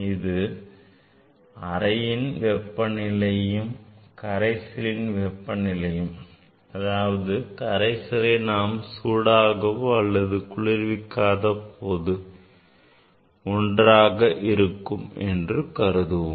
அது அறையின் வெப்ப நிலையும் கரைசலின் வெப்பநிலையும் அதாவது கரைசலை நாம் சூடாகவோ அல்லது குளிர்விக்காத போது ஒன்றாக இருக்கும் என்று கருதுவோம்